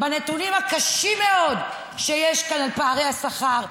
בנתונים הקשים מאוד שיש כאן על פערי השכר,